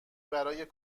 برای